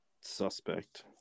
suspect